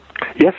Yes